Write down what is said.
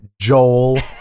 Joel